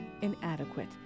Inadequate